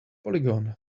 polygon